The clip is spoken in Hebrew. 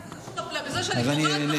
אז אני אענה.